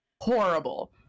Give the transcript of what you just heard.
horrible